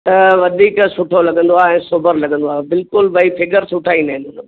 त वधीक सुठो लॻंदो आहे ऐं सोबर लॻंदो आहे बिल्कुलु भाई फिगर सुठा ईंदा आहिनि उन में